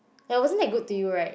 it won't make good to you right